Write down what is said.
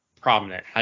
prominent